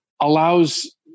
allows